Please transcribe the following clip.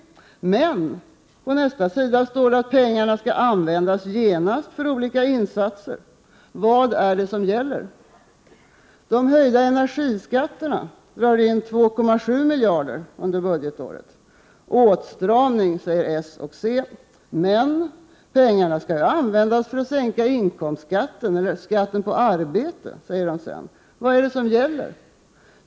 Men på nästa sida står att pengarna genast skall användas för olika insatser. Vad gäller? De höjda energiskatterna drar in 2,7 miljarder under budgetåret. Åtstramning, säger socialdemokraterna och centern. Men pengarna skall användas för att sänka inkomstskatten och skatter på arbete, säger de sedan. Vad gäller?